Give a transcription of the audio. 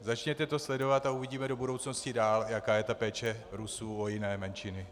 Začněte to sledovat a uvidíme do budoucnosti dál, jaká je péče Rusů o jiné menšiny.